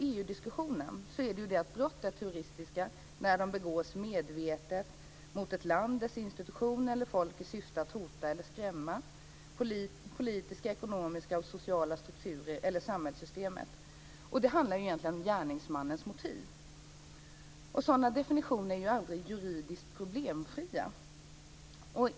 I EU-diskussionen är brott terroristiska när de begås medvetet mot ett land, mot dess institutioner eller folk, i syfte att hota eller skrämma. Det gäller då politiska, ekonomiska och sociala strukturer eller samhällssystemet. Det handlar egentligen om gärningsmannens motiv. Sådana definitioner är aldrig juridiskt problemfria.